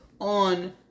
on